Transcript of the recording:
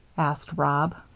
asked rob.